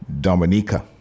Dominica